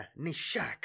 Nishak